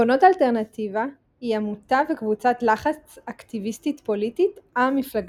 בונות אלטרנטיבה היא עמותה וקבוצת לחץ אקטיביסטית פוליטית א-מפלגתית.